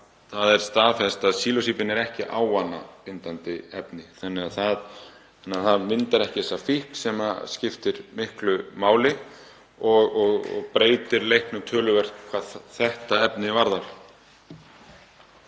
það er staðfest að það er ekki ávanabindandi efni þannig að það myndar ekki þessa fíkn. Það skiptir miklu máli og breytir leiknum töluvert hvað þetta efni varðar.